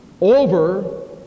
over